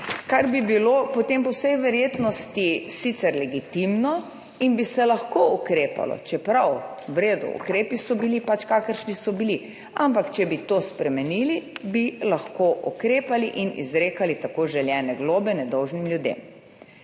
kar bi bilo potem po vsej verjetnosti sicer legitimno in bi se lahko ukrepalo, čeprav, v redu, ukrepi so bili pač, kakršni so bili, ampak če bi to spremenili, bi lahko ukrepali in izrekali tako želene globe nedolžnim ljudem.